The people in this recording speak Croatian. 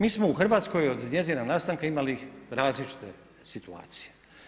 Mi smo u Hrvatskoj od njezina nastanka imali različite situacije.